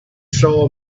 saw